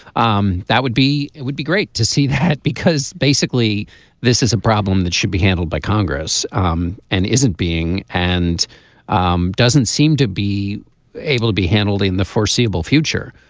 um that would be it would be great to see that because basically this is a problem that should be handled by congress um and isn't being and um doesn't seem to be able to be handled in the foreseeable future.